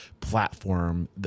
platform